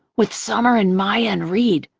with summer and maya and reid,